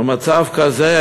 במצב כזה,